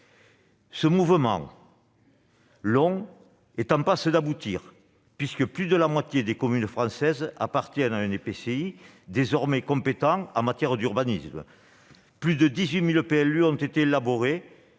Ce mouvement long est en passe d'aboutir, puisque plus de la moitié des communes françaises appartiennent à un EPCI désormais compétent en matière d'urbanisme ; plus de 18 000 PLU ont été élaborés